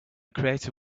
created